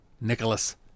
Nicholas